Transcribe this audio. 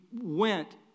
went